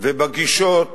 ובגישות